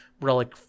relic